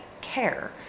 care